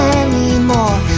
anymore